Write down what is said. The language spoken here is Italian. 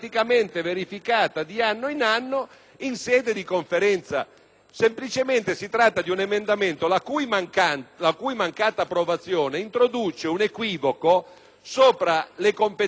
semplicemente di un emendamento la cui mancata approvazione introdurrebbe un equivoco riguardo alle competenze della Conferenza in rapporto all'introduzione dell'articolo 17.